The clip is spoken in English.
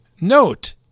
Note